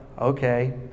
okay